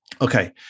Okay